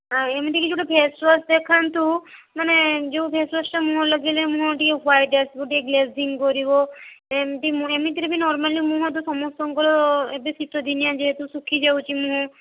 ହଁ ଏମିତି କିଛି ଗୋଟେ ଫେସ୍ ୱାସ୍ ଦେଖନ୍ତୁ ମାନେ ଯୋଉ ଫେସ୍ ୱାସ୍ ଟା ମୁହଁ ରେ ଲଗେଇଲେ ମୁହଁ ଟିକେ ହ୍ୱାଇଟ୍ ଆସିବ ଟିକେ ଗ୍ଲେଜିଂ କରିବ ଏମିତି ଏମିତିରେ ବି ନର୍ମାଲି ମାନେ ମୁହଁ ତ ସମସ୍ତଙ୍କର ଏବେ ଶୀତ ଦିନିଆ ଯେହେତୁ ଶୁଖି ଯାଉଛି ମୁହଁ